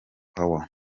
power